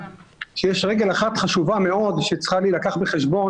שיש רגל אחת חשובה מאוד שצריכה להילקח בחשבון,